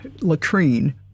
latrine